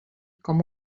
com